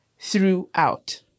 throughout